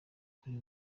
kuri